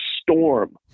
storm